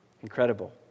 Incredible